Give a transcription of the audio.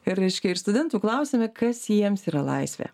ir reiškia ir studentų klausiame kas jiems yra laisvė